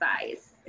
size